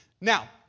Now